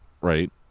right